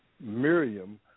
Miriam